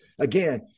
Again